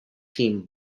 team